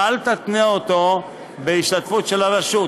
ואל תתנה אותו בהשתתפות של הרשות.